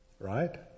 Right